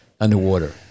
underwater